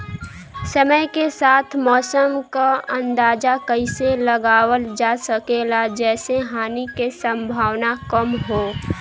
समय के साथ मौसम क अंदाजा कइसे लगावल जा सकेला जेसे हानि के सम्भावना कम हो?